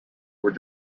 were